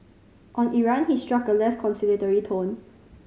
on Iran he struck a less conciliatory tone